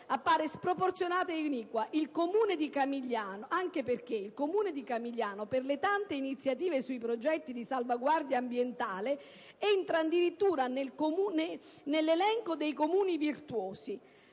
appare sproporzionata ed iniqua, anche perché il Comune di Camigliano, per le tante iniziative sui progetti di salvaguardia ambientale, entra addirittura nell'elenco dei Comuni virtuosi.